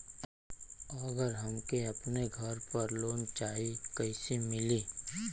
अगर हमके अपने घर पर लोंन चाहीत कईसे मिली?